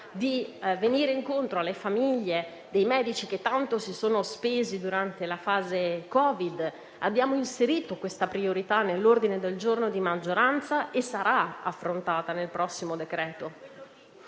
di venire incontro alle famiglie dei medici che tanto si sono spesi durante la fase Covid. Abbiamo inserito questa priorità nell'ordine del giorno di maggioranza che sarà affrontata nel prossimo decreto.